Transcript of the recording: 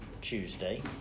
Tuesday